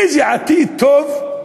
איזה עתיד טוב יש